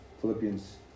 Philippians